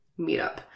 meetup